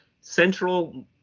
central